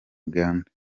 uganda